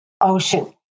ocean